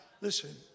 Listen